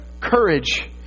courage